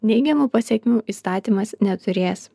neigiamų pasekmių įstatymas neturės